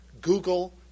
Google